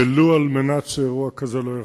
ולו על מנת שאירוע כזה לא יחזור.